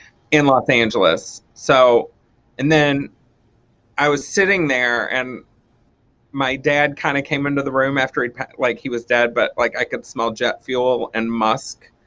in los angeles. so and then i was sitting there and my dad kind of came into the room after he like he was dead but like i could smell jet fuel and musk,